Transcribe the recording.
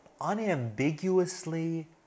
unambiguously